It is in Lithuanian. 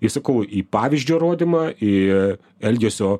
į sakau į pavyzdžio rodymą į elgesio